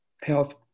health